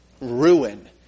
ruin